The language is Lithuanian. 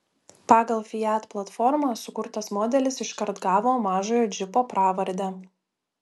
pagal fiat platformą sukurtas modelis iškart gavo mažojo džipo pravardę